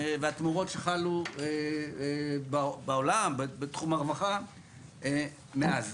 והתמורות שחלו בעולם, בתחום הרווחה מאז.